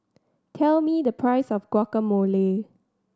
tell me the price of Guacamole